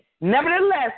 nevertheless